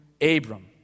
Abram